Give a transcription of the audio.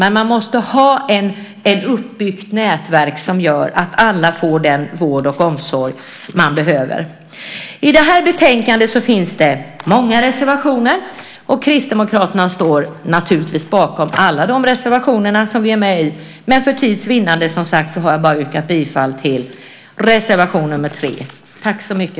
Men det måste finnas ett uppbyggt nätverk som gör att alla får den vård och omsorg de behöver. I det här betänkandet finns det många reservationer. Kristdemokraterna står naturligtvis bakom alla de reservationer vi deltar i. Men för tids vinnande yrkar jag bifall bara till reservation nr 3.